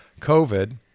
COVID